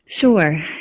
Sure